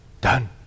done